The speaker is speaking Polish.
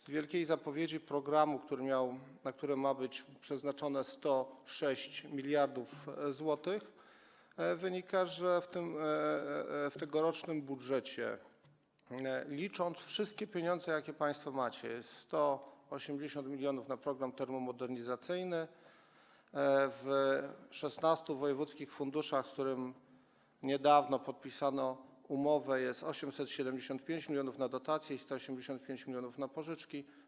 Z wielkiej zapowiedzi programu, na który ma być przeznaczone 106 mld zł, wynika, że w tegorocznym budżecie, licząc wszystkie pieniądze, jakie państwo macie, jest 180 mln na program termomodernizacyjny, w 16 wojewódzkich funduszach, w których niedawno podpisano umowę, jest 875 mln na dotacje i 185 mln na pożyczki.